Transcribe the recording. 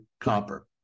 copper